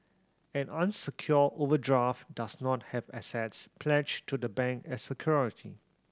an unsecured overdraft does not have assets pledged to the bank as security